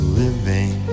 living